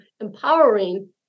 empowering